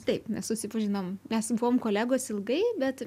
taip mes susipažinom mes buvom kolegos ilgai bet